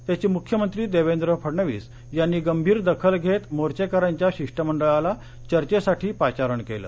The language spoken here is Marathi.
त्याची मुख्यमंत्री देवेंद्र फडणवीस यांनी गंभीर दखल घेत मोर्रेकन्याच्या शिष्टमंडळाला चर्चेसाठी पाचारण केल